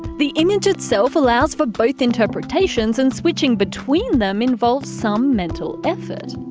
the image itself allows for both interpretations and switching between them involves some mental effort.